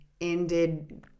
ended